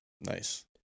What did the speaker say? nice